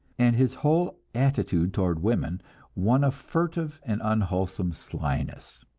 and his whole attitude toward women one of furtive and unwholesome slyness.